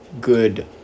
good